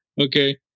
okay